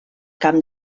camp